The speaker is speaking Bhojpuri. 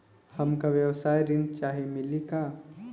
हमका व्यवसाय ऋण चाही मिली का?